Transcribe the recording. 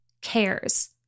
cares